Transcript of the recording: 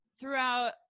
throughout